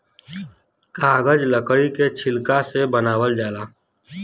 कागज लकड़ी के छिलका से बनावल जाला